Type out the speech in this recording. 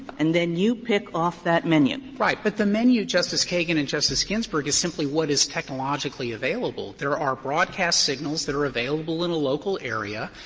and then you pick off that menu. frederick right. but the menu, justice kagan and justice ginsburg, is simply what is technologically available. there are broadcast signals that are available in a local area,